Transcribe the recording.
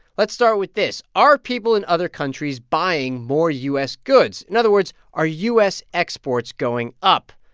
let's start with this. are people in other countries buying more u s. goods? in other words, are u s. exports going up?